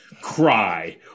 cry